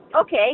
Okay